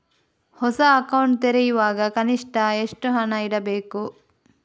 ಹೊಸ ಅಕೌಂಟ್ ತೆರೆಯುವಾಗ ಕನಿಷ್ಠ ಎಷ್ಟು ಹಣ ಇಡಬೇಕು?